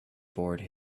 board